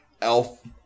elf